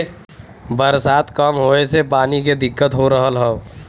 बरसात कम होए से पानी के दिक्कत हो रहल हौ